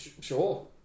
Sure